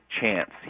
chance